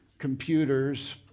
computers